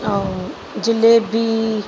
ऐं जिलेबी